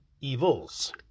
evils